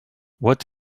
what